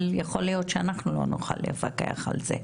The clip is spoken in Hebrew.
אבל יכול להיות שאנחנו לא נוכל לפקח על זה.